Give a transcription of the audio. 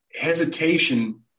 hesitation